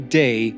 day